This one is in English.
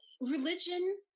religion